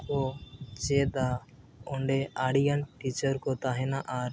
ᱠᱚ ᱪᱮᱫᱟ ᱚᱸᱰᱮ ᱟᱹᱰᱤ ᱜᱟᱱ ᱴᱤᱪᱟᱨ ᱠᱚ ᱛᱟᱦᱮᱱᱟ ᱟᱨ